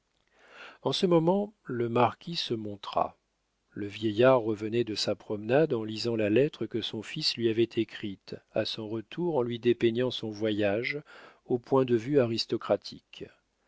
en ce moment le marquis se montra le vieillard revenait de sa promenade en lisant la lettre que son fils lui avait écrite à son retour en lui désignant son voyage au point de vue aristocratique